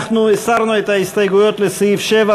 אנחנו הסרנו את ההסתייגויות לסעיף 7,